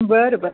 बरं बरं